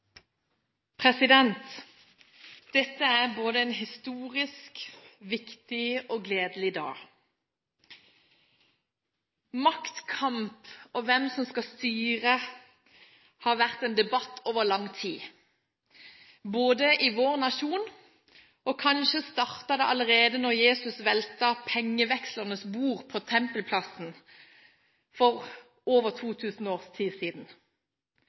en historisk, viktig og gledelig dag. Maktkampen om hvem som skal styre, har pågått i lang tid i vår nasjon – og kanskje startet det allerede da Jesus veltet pengevekslernes bord på Tempelplassen for over 2 000 år siden.